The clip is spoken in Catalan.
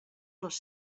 les